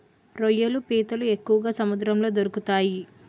రొయ్యలు పీతలు ఎక్కువగా సముద్రంలో దొరుకుతాయి